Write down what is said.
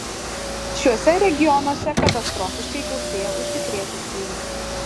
šiuose regionuose katastrofiškai gausėja užsikrėtusiųjų